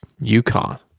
UConn